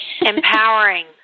Empowering